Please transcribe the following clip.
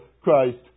Christ